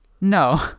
No